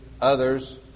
others